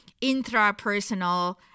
intrapersonal